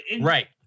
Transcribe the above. Right